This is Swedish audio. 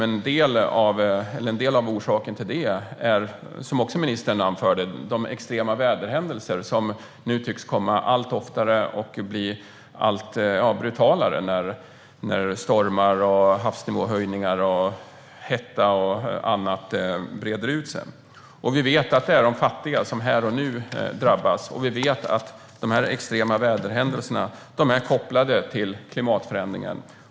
En del av orsaken till det, vilket ministern också anförde, är de extrema väderhändelser som tycks komma allt oftare och bli allt brutalare när stormar, havsnivåhöjningar, hetta och annat breder ut sig. Vi vet att det är de fattiga som drabbas här och nu, och vi vet att de extrema väderhändelserna är kopplade till klimatförändringen.